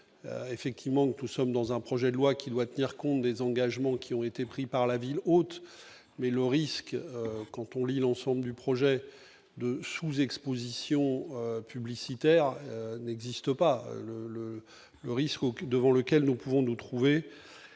effectivement tout sauf dans un projet de loi qui doit tenir compte des engagements qui ont été pris par la ville, mais le risque quand on lit l'ensemble du projet de sous-Exposition publicitaire n'existe pas le le risque aucune devant lequel nous pouvons-nous trouver